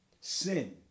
sin